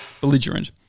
belligerent